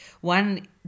one